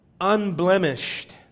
unblemished